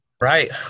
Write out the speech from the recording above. right